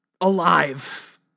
alive